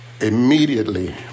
Immediately